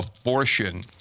abortion